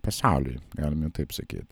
pasauliui galime taip sakyt